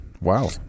wow